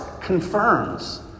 confirms